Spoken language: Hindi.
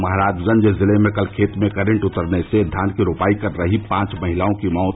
महराजगंज जिले में कल खेत में करेंट उतरने से धान की रोपाई कर रही पांच महिलाओं की मौत